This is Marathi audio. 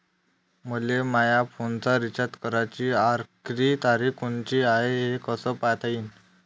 मले माया फोनचा रिचार्ज कराची आखरी तारीख कोनची हाय, हे कस पायता येईन?